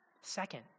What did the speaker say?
Second